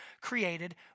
created